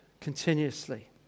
continuously